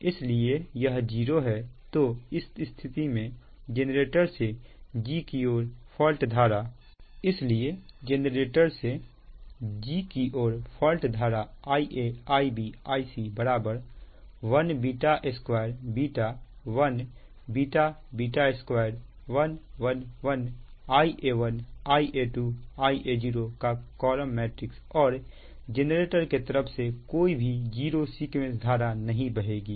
इसलिए यह 0 है तो इस स्थिति में जेनरेटर से g की ओर फॉल्ट धारा इसलिए जेनरेटर से g की ओर फॉल्ट धारा Ia Ib Ic 1 2 1 2 1 1 1 Ia1 Ia2 Ia0 और जेनरेटर के तरफ से कोई भी जीरो सीक्वेंस धारा नहीं बहेगी